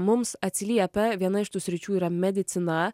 mums atsiliepia viena iš tų sričių yra medicina